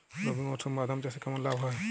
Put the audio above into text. রবি মরশুমে বাদাম চাষে কেমন লাভ হয়?